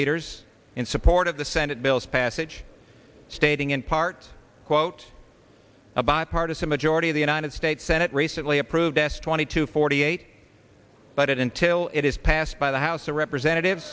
leaders in support of the senate bill's passage stating in part quote a bipartisan majority of the united states senate recently approved s twenty two forty eight but it until it is passed by the house of representatives